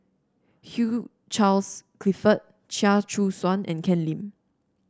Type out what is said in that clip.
Hugh Charles Clifford Chia Choo Suan and Ken Lim